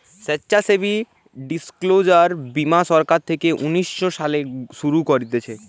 স্বেচ্ছাসেবী ডিসক্লোজার বীমা সরকার থেকে উনিশ শো সালে শুরু করতিছে